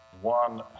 One